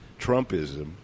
Trumpism